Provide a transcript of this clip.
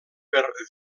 per